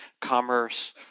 commerce